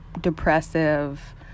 depressive